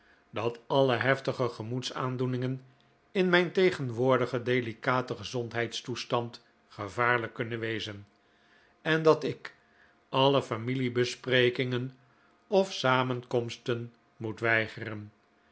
dat alle heftige gemoedsaandoeningen in mijn tegenwoordigen delicaten gezondheidstoestand gevaarlijk kunnen wezen en dat ik alle familie besprekingen of samenkomsten moet weigeren